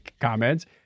comments